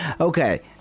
Okay